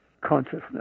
consciousness